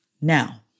Now